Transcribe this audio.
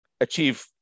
achieve